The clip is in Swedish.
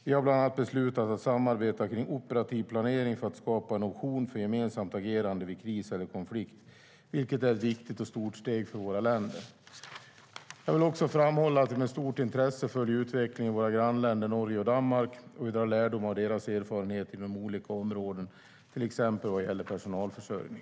Vi har bland annat beslutat att samarbeta kring operativ planering för att skapa en option för gemensamt agerande vid kris eller konflikt, vilket är ett viktigt och stort steg för våra länder. Jag vill också framhålla att vi med stort intresse följer utvecklingen i våra andra grannländer Norge och Danmark och drar lärdom av deras erfarenheter inom olika områden, till exempel vad gäller personalförsörjning.